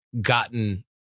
gotten